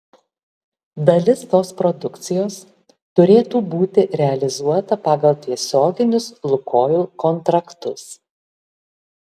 dalis tos produkcijos turėtų būti realizuota pagal tiesioginius lukoil kontraktus